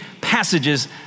passages